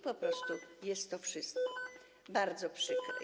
Po prostu jest to wszystko bardzo przykre.